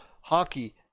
hockey